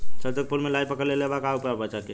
सरसों के फूल मे लाहि पकड़ ले ले बा का उपाय बा बचेके?